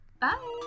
bye